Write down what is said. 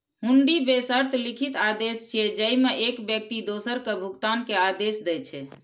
हुंडी बेशर्त लिखित आदेश छियै, जेइमे एक व्यक्ति दोसर कें भुगतान के आदेश दै छै